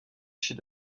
chef